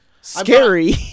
scary